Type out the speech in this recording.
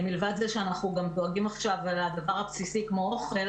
מלבד זה שאנחנו גם דואגים עכשיו לדבר הבסיסי כמו אוכל,